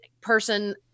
person